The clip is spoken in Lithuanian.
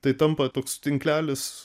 tai tampa toks tinklelis